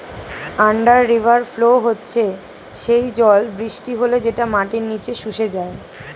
under river flow হচ্ছে সেই জল বৃষ্টি হলে যেটা মাটির নিচে শুষে যায়